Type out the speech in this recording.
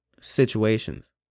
situations